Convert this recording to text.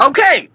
Okay